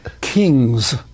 Kings